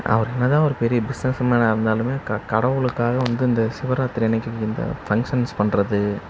அவர் என்னதான் ஒரு பெரிய பிஸ்னஸ் மேனாக இருந்தாலுமே க கடவுளுக்காக வந்து இந்த சிவராத்திரி அன்றைக்கு வந்து ஃபங்க்ஷன்ஸ் பண்ணுறது